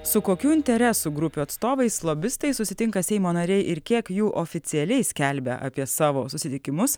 su kokių interesų grupių atstovais lobistais susitinka seimo nariai ir kiek jų oficialiai skelbia apie savo susitikimus